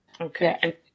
Okay